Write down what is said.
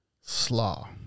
Slaw